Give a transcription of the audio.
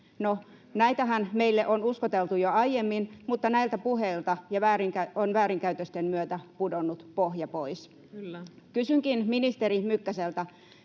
näitähän meille on uskoteltu jo aiemmin, mutta näiltä puheilta on väärinkäytösten myötä pudonnut pohja pois. Kysynkin ministeri Mykkäseltä: